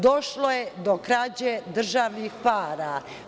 Došlo je do krađe državnih para.